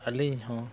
ᱟᱹᱞᱤᱧ ᱦᱚᱸ